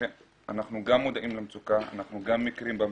אנחנו גם מודעים למצוקה ואנחנו מכירים בה.